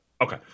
Okay